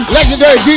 Legendary